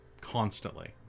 constantly